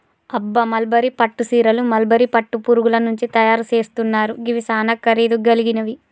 అబ్బ మల్బరీ పట్టు సీరలు మల్బరీ పట్టు పురుగుల నుంచి తయరు సేస్తున్నారు గివి సానా ఖరీదు గలిగినవి